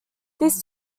these